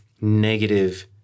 negative